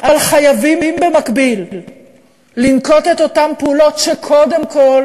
אבל חייבים במקביל לנקוט את אותן פעולות שקודם כול